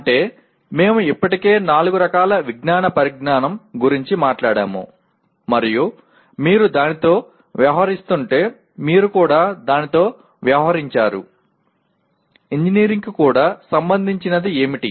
అంటే మేము ఇప్పటికే నాలుగు రకాల విజ్ఞాన పరిజ్ఞానం గురించి మాట్లాడాము మరియు మీరు దానితో వ్యవహరిస్తుంటే మీరు కూడా దానితో వ్యవహరించారు ఇంజనీరింగ్కు కూడా సంబంధించినది ఏమిటి